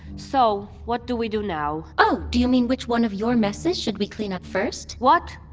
so. what do we do now? oh, do you mean which one of your messes should we clean up first? what?